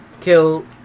Kill